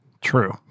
True